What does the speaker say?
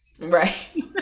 Right